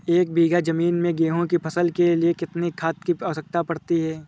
एक बीघा ज़मीन में गेहूँ की फसल के लिए कितनी खाद की आवश्यकता पड़ती है?